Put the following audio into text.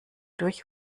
durch